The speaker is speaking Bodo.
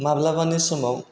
माब्लाबानि समाव